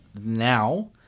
now